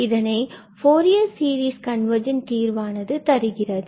இதனை Fourier series convergent தீர்வானது தருகிறது